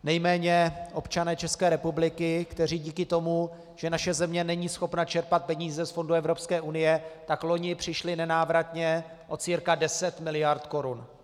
Nejméně občané České republiky, kteří díky tomu, že naše země není schopna čerpat peníze z fondů Evropské unie, loni přišli nenávratně o cca 10 mld. korun.